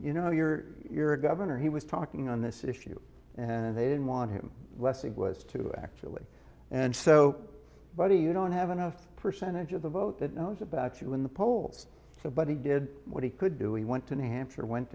you know you're you're a governor he was talking on this issue and they didn't want him less it was to actually and so why do you don't have enough percentage of the vote that knows about you in the polls so but he did what he could do we went to new hampshire went